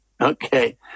Okay